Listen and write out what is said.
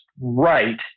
right